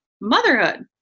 motherhood